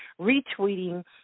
retweeting